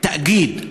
תאגיד,